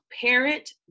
parent